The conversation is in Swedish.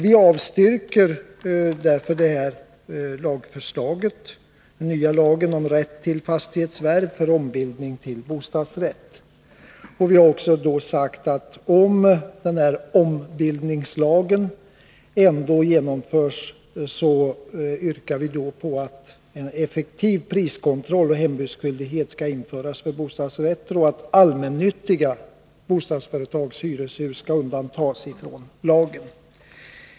Vi avstyrker därför förslaget till lag om rätt till fastighetsförvärv för ombildning till bostadsrätt. Om den här ombildningslagen ändå genomförs, yrkar vi på att en effektiv priskontroll och hembudsskyldighet skall införas för bostadsrätter och att allmännyttiga bostadsföretags hyreshus skall undantas från lagen.